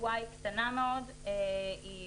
הבועה היא קטנה מאוד, היא